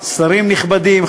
שרים נכבדים,